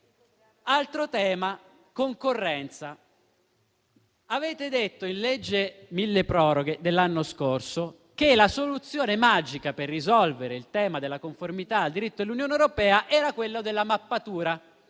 Altro tema è la concorrenza. Avete detto, in sede di legge milleproroghe dell'anno scorso, che la soluzione magica per risolvere il tema della conformità al diritto dell'Unione europea era la mappatura,